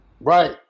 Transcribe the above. Right